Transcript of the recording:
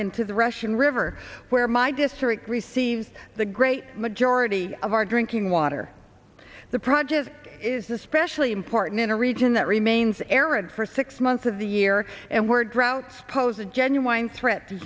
into the russian river where my district see the great majority of our drinking water the project is especially important in a region that remains arid for six months of the year and we're droughts pose a genuine threat to